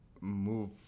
move